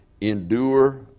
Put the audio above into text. endure